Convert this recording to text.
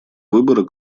выбора